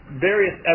various